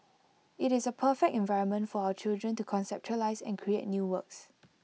IT is A perfect environment for our children to conceptualise and create new works